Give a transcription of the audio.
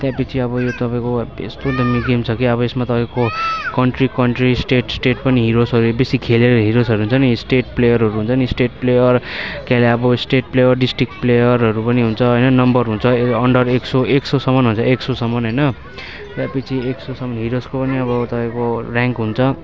त्यहाँपिच्छे अब यो तपाईँको अब यस्तो दामी गेम छ कि अब यसमा तपाईँको कन्ट्री कन्ट्री स्टेट स्टेट पनि हिरोजहरू बेसी खेलेर हिरोजहरू हुन्छ नि स्टेट प्लेयरहरू हुन्छ नि स्टेट प्लेयर के अरे अब स्टेट प्लेयर डिस्ट्रिक्ट प्लेयरहरू पनि हुन्छ होइन नम्बर हुन्छ अन्डर एक सय एक सयसम्म हुन्छ एक सयसम्म होइन त्यहाँपिच्छे एक सयसम्म हिरोजको पनि अब तपाईँको र्याङ्क हुन्छ